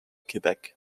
quebec